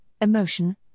emotion